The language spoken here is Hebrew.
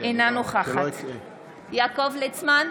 אינה נוכחת יעקב ליצמן,